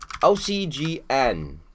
OCGN